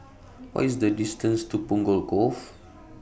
What IS The distance to Punggol Cove